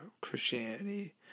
Christianity